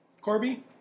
Corby